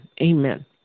Amen